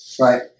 Right